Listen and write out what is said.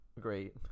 Great